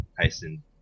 Tyson